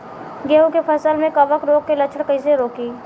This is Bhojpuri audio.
गेहूं के फसल में कवक रोग के लक्षण कईसे रोकी?